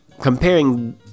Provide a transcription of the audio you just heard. comparing